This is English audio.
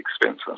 expensive